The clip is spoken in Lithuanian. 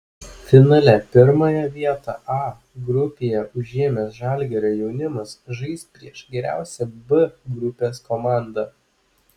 finale pirmąją vietą a grupėje užėmęs žalgirio jaunimas žais prieš geriausią b grupės komandą